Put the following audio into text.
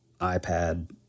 iPad